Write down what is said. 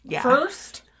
First